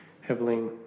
heavily